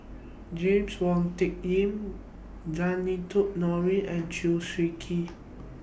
James Wong Tuck Yim Zainudin Nordin and Chew Swee Kee